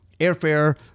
airfare